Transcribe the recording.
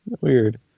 weird